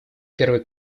первый